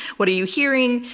what are you hearing?